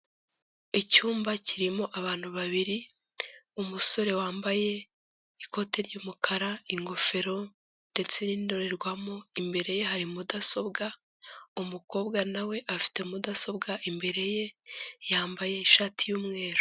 Icyumba kirimo abantu babiri, umusore wambaye ikote ry'umukara, ingofero ndetse n'indorerwamo, imbere ye hari mudasobwa, umukobwa nawe afite mudasobwa imbere ye, yambaye ishati y'umweru.